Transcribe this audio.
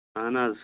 اہن حظ